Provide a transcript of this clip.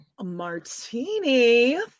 Martini